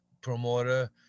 promoter